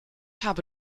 habe